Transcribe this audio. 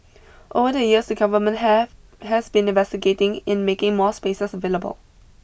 over the years the Government have has been investigating in making more spaces available